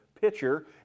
pitcher